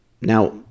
now